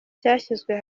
cyashyizwe